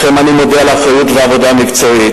לכם אני מודה על האחריות והעבודה המקצועית.